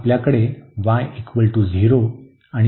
आपल्याकडे y0 आणि x 8 आहे